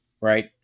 Right